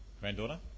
Granddaughter